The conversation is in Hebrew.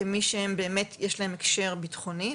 כמי שבאמת יש להם הקשר ביטחוני,